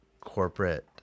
corporate